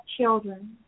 children